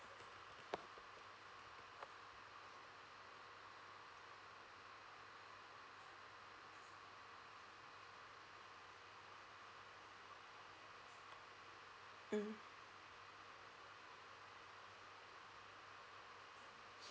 mm